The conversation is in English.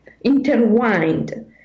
intertwined